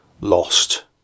lost